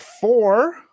four